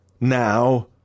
now